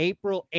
April